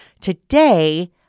today